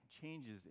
changes